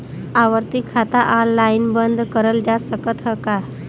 आवर्ती खाता ऑनलाइन बन्द करल जा सकत ह का?